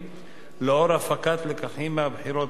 בעקבות הפקת לקחים מהבחירות הקודמות,